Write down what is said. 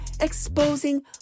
exposing